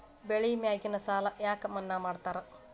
ಬೆಳಿ ಮ್ಯಾಗಿನ ಸಾಲ ಯಾಕ ಮನ್ನಾ ಮಾಡ್ತಾರ?